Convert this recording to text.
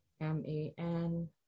m-a-n